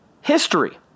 history